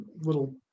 little